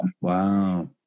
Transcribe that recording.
Wow